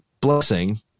blessing